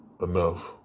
enough